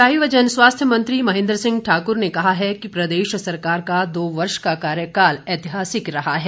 सिंचाई व जन स्वास्थ्य मंत्री महेन्द्र सिंह ठाकुर ने कहा है कि प्रदेश सरकार का दो वर्ष का कार्यकाल ऐतिहासिक रहा है